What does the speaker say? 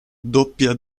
doppia